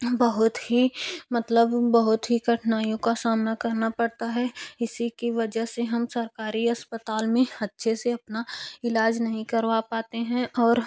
बहुत ही मतलब बहुत ही कठिनाइयों का सामना करना पड़ता है इसी की वजह से हम सरकारी अस्पताल में अच्छे से अपना इलाज नहीं करवा पाते हैं और